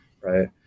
right